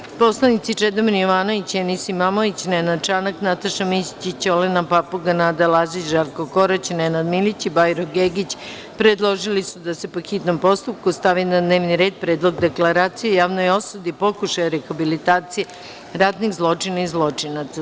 Narodni poslanici Čedomir Jovanović, Enis Imamović, Nenad Čanak, Nataša Mićić, Olena Papuga, Nada Lazić, Žarko Korać, Nenad Milić i Bajro Gegić predložili su da se, po hitnom postupku, stavi na dnevni red Predlog deklaracije o javnoj osudi pokušaja rehabilitacije ratnih zločina i zločinaca.